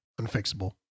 unfixable